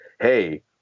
hey